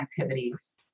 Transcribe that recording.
activities